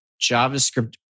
JavaScript